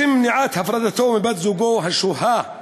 לשם מניעת הפרדתו מבת-זוגו השוהה בישראל,